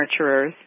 nurturers